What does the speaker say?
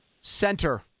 center